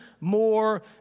more